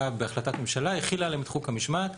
בהחלטת ממשלה החילה עליהם את חוק המשמעת.